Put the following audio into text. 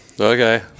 okay